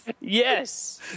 Yes